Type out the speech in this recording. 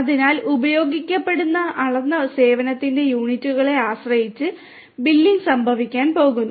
അതിനാൽ ഉപയോഗിക്കപ്പെടുന്ന അളന്ന സേവനത്തിന്റെ യൂണിറ്റുകളെ ആശ്രയിച്ച് ബില്ലിംഗ് സംഭവിക്കാൻ പോകുന്നു